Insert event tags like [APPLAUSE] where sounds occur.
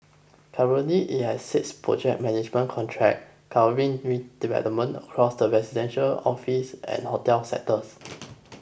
currently it has six project management contracts covering [UNINTELLIGIBLE] developments across the residential office and hotel sectors